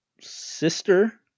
sister